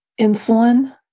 insulin